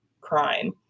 crime